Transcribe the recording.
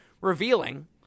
revealing